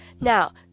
Now